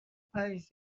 پنج